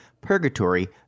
Purgatory